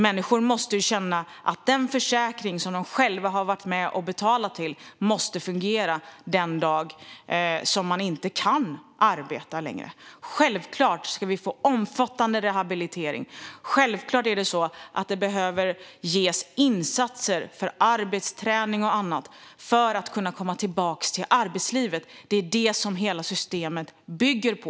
Människor måste ju känna att den försäkring som de själva har varit med och betalat till fungerar den dag som de inte kan arbeta längre. Självklart ska vi ha omfattande rehabilitering, och självklart behövs det insatser för arbetsträning och annat i syfte att man ska kunna komma tillbaka till arbetslivet. Det är detta hela systemet bygger på.